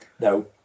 no